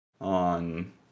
on